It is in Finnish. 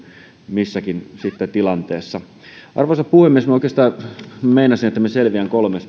missäkin tilanteessa arvoisa puhemies minä oikeastaan meinasin että minä selviän kolmessa